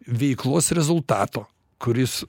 veiklos rezultato kuris